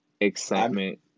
excitement